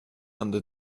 under